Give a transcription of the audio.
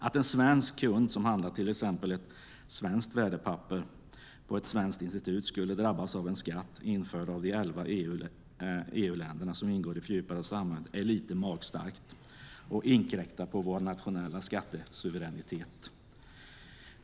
Att en svensk kund som handlar till exempel ett svenskt värdepapper på ett svenskt institut skulle drabbas av en skatt införd av de elva EU-länder som ingår i det fördjupade samarbetet är lite magstarkt och inkräktar på vår nationella skattesuveränitet.